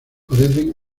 parecen